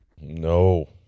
No